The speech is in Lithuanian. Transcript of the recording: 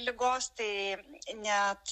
ligos tai net